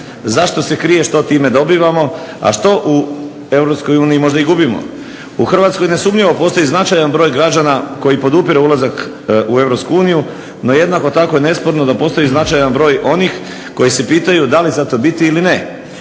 Zašto se krije što time dobivamo, a što u EU možda i gubimo? U Hrvatskoj nesumnjivo postoji značajan broj građana koji podupire ulazak u Europsku uniju, no jednako tako je nesporno da postoji i značajan broj onih koji se pitaju da li zato biti ili ne,